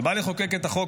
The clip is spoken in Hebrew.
ואתה בא לחוקק את החוק,